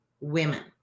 women